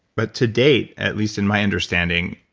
but to-date at least in my understanding,